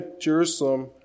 Jerusalem